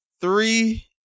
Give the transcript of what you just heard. three